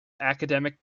academic